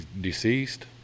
deceased